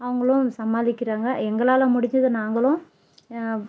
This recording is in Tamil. அவங்களும் சமாளிக்குறாங்க எங்களால் முடிஞ்சத நாங்களும்